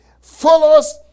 follows